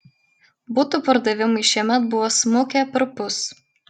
butų pardavimai šiemet buvo smukę perpus